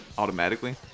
automatically